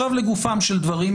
לגופם של דברים,